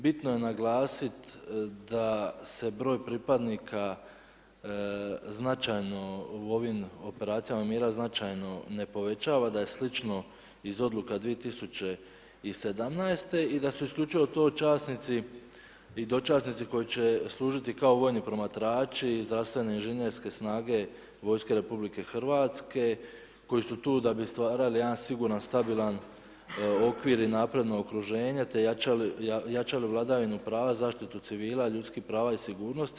Bitno je naglasiti, da se broj pripadnika, značajno u ovim operacijama mjera, značajno ne povećava, da je slično iz odluka 2017. i da su isključivo to časnici i dočasnici koji će služiti kao vojni promatrači i zdravstvene inženjerske snage, vojske RH koji su tu da bi stvarali jedan siguran, stabilan okvir i napredno okruženje te jačali vladavinu pravu, zaštitu civila ljudskih prava i sigurnosti.